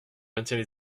maintiens